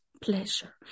pleasure